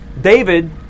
David